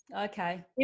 okay